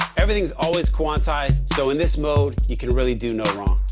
everything is always quantized, so in this mode, you can really do no wrong.